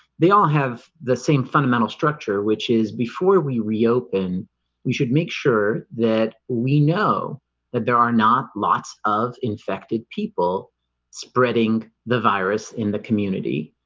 they all have the same fundamental structure, which is before we reopen we should make sure that we know that there are not lots of infected people spreading the virus in the community.